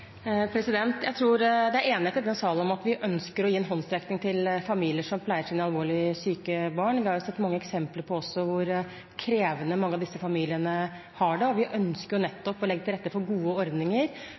Jeg tror det er enighet i den salen om at vi ønsker å gi en håndsrekning til familier som pleier sine alvorlig syke barn. Vi har også sett mange eksempler på hvor krevende det er for mange av disse familiene.